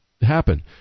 happen